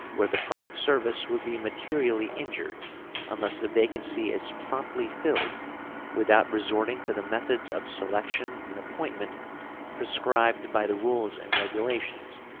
where the public service would be materially injured unless the vacancy is promptly filled without resorting to the methods of selection and appointment prescribed by the rules and regulations,